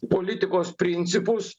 politikos principus